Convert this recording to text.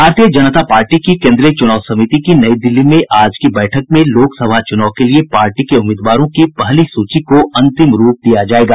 भारतीय जनता पार्टी की केन्द्रीय चुनाव समिति की नई दिल्ली में आज की बैठक में लोकसभा चुनाव के लिए पार्टी के उम्मीदवारों की पहली सूची को अंतिम रूप दिया जायेगा